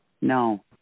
No